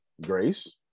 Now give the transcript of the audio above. Grace